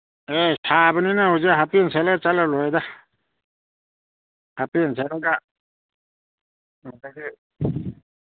ꯑꯦ ꯁꯥꯕꯅꯤꯅ ꯍꯧꯖꯤꯛꯇꯤ ꯍꯥꯄꯦꯟ ꯁꯦꯠꯂ ꯆꯠꯂ ꯂꯣꯏꯔꯦꯗ ꯍꯥꯄꯦꯟ ꯁꯦꯠꯂꯒ